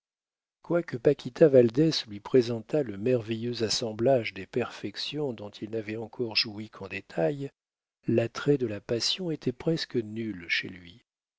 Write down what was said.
quoique paquita valdès lui présentât le merveilleux assemblage des perfections dont il n'avait encore joui qu'en détail l'attrait de la passion était presque nul chez lui